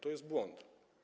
To jest błąd.